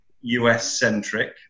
US-centric